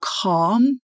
calm